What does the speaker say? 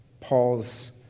Paul's